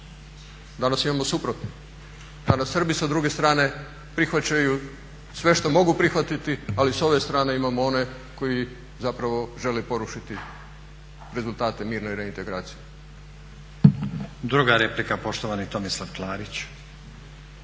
Danas imamo suprotno danas Srbi sa druge strane prihvaćaju sve što mogu prihvatiti a s ove strane imamo one koji zapravo žele porušiti rezultate mirne reintegracije. **Stazić, Nenad (SDP)** Druga replika, poštovani Tomislav Klarić.